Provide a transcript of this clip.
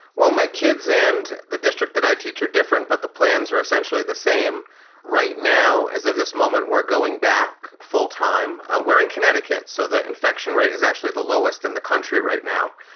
well, my kids and the district that i teach are different, but the plans are essentially the same right now. as of this moment, we're going back full time. we're in connecticut. so the infection rate is actually the lowest in the country right now.